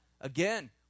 again